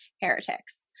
heretics